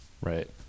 Right